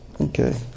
okay